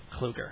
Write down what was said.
Kluger